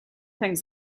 things